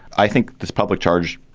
i think this public charge,